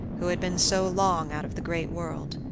who had been so long out of the great world.